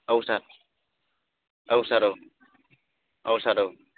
औ सार औ सार औ औ सार औ